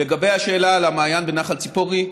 לגבי השאלה על המעיין בנחל ציפורי,